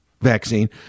vaccine